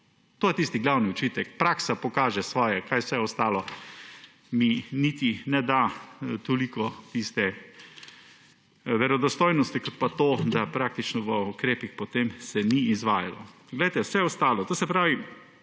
To je tisti glavni očitek. Praksa pokaže svoje, vse ostalo mi niti ne da toliko tiste verodostojnosti kot pa to, da se praktično v ukrepih potem ni izvajalo. Vse ostalo – to se pravi